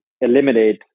eliminate